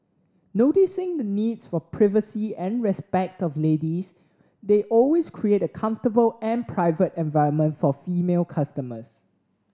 noticing the needs for privacy and respect of ladies they always create a comfortable and private environment for female customers